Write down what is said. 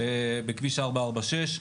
בכביש 446,